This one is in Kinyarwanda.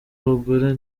b’abagore